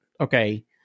Okay